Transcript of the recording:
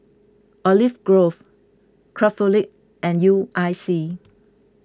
Olive Grove Craftholic and U I C